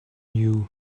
you